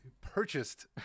Purchased